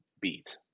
beat